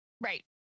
Right